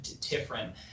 different